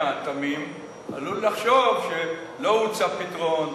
התמים עלול לחשוב שלא הוצע פתרון,